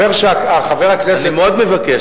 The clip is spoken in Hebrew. אני מאוד מבקש.